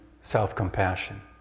self-compassion